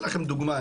אין לזה כלל אצבע.